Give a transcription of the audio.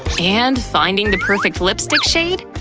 and finding the perfect lipstick shade?